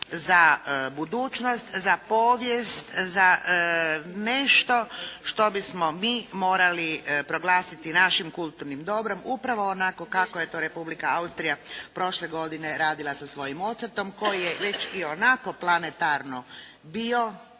za budućnost, za povijest, za nešto što bismo mi morali proglasiti našim kulturnim dobrom, upravo onako kako je to Republika Austrija prošle godine radila sa svojim Mozartom koji je već i onako planetarno bio